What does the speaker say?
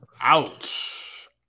Ouch